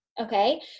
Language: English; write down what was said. okay